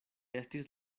estis